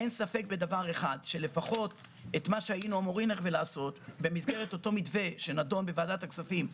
אין ספק בדבר אחד: את מה שהיינו אמורים לעשות במתווה בוועדת הכספים,